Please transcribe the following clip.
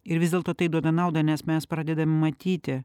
ir vis dėlto tai duoda naudą nes mes pradedam matyti